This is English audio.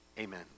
Amen